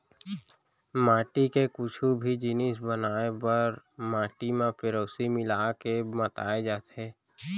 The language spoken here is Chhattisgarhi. माटी के कुछु भी जिनिस बनाए बर माटी म पेरौंसी मिला के मताए जाथे